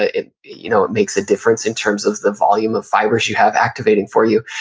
ah it you know it makes a difference in terms of the volume of fibers you have activating for you.